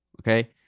okay